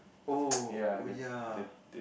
oh oh ya